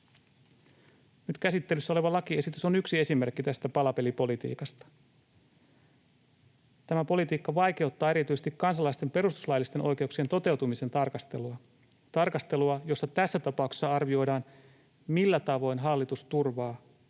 Nyt käsittelyssä oleva lakiesitys on yksi esimerkki tästä palapelipolitiikasta. Tämä politiikka vaikeuttaa erityisesti kansalaisten perustuslaillisten oikeuksien toteutumisen tarkastelua, tarkastelua, jossa tässä tapauksessa arvioidaan, millä tavoin hallitus turvaa